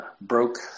broke